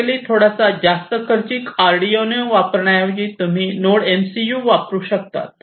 basically थोडासा जास्त खर्चिक आर्डिनो वापरण्याऐवजी तुम्ही नोड एमसीयू वापरू शकता